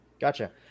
Gotcha